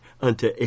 unto